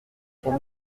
sont